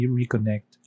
reconnect